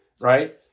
right